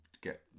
get